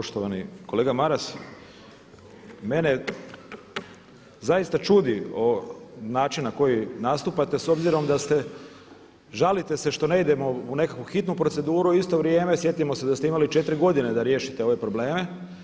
Poštovani kolega Maras, mene zaista čudi način na koji nastupate s obzirom da ste, žalite se što ne idemo u nekakvu nitnu proceduru, a u isto vrijeme sjetimo se da ste imali 4 godine da riješite ove probleme.